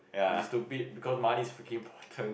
which is stupid because money is freaking important